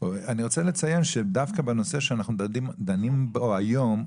אני רוצה לציין שדווקא בנושא שאנחנו דנים בו היום,